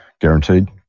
Guaranteed